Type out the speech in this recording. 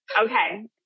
Okay